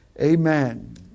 Amen